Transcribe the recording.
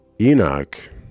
Enoch